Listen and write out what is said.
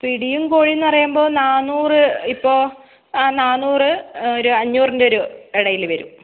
പിടിയും കോഴിയും എന്ന് പറയുമ്പോൾ നാന്നൂറ് ഇപ്പോൾ നാന്നൂറ് ഒരു അഞ്ഞൂറിൻ്റെ ഒരു ഇടയിൽ വരും